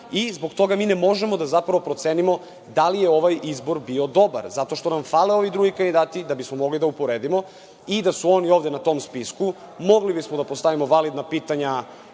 Zbog toga mi ne možemo zapravo da procenimo da li je ovaj izbor bio dobar, zato što nam fale ovi drugi kandidati da bismo mogli da uporedimo. Da su oni ovde na tom spisku, mogli bismo da postavimo validna pitanja